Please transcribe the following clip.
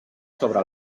sobre